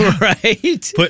Right